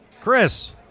Chris